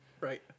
Right